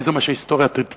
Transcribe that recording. כי זה מה שההיסטוריה תקבע,